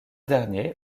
dernier